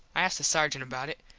i asked the sargent about it.